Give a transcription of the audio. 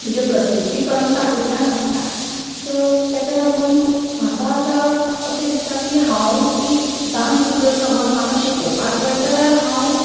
तुजें प्रस्तुती करण तातूंतल्यान आसता सो तेका लागून म्हाका आतां अशें दिसता की हांव एक डान्स जर समज म्हाका शिकोवपाक जाय जाल्यार हांव